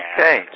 Okay